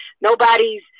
nobody's